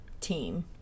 team